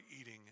eating